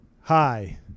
Hi